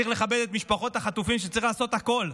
צריך לכבד את משפחות החטופים שצריך לעשות הכול,